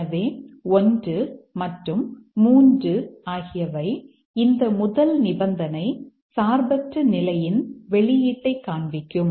எனவே 1 மற்றும் 3 ஆகியவை இந்த முதல் நிபந்தனை சார்பற்ற நிலையின் வெளியீட்டை காண்பிக்கும்